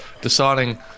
deciding